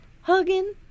Hugging